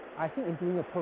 i think in doing a